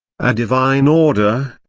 a divine order,